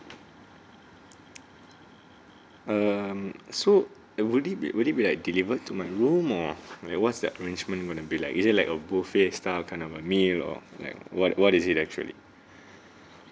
um so it would be would it be like delivered to my room or like what's the arrangement when they be like is it like a buffet style kind of a meal or like what what is it actually